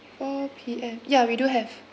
four P_M ya we do have